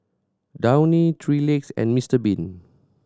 Downy Three Legs and Mister Bean